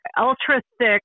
ultra-thick